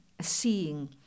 seeing